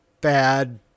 bad